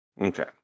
Okay